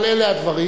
אבל אלה הדברים.